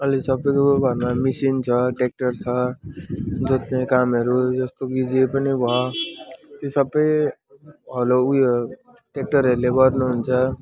अहिले सबैको घरमा मसिन छ ट्याक्टर छ जोत्ने कामहरू जस्तो कि जे पनि भयो त्यो सबै हलो उयो ट्याक्टरहरूले गर्नु हुन्छ